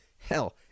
hell